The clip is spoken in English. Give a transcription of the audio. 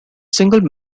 single